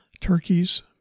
turkeys